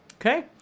okay